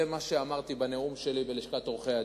זה מה שאמרתי בנאום שלי בלשכת עורכי-הדין,